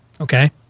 Okay